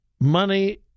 money